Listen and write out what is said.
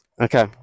Okay